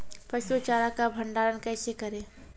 पसु चारा का भंडारण कैसे करें?